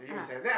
(uh huh)